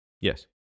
Yes